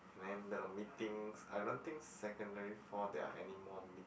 then the meetings I don't think secondary four there are any more meet